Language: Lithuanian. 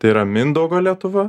tai yra mindaugo lietuva